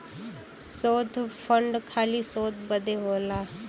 शोध फंड खाली शोध बदे होला